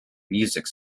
music